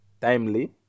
timely